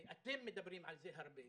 ואתם מדברים על זה הרבה,